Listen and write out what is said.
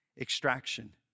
extraction